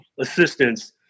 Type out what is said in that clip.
assistance